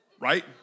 right